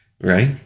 Right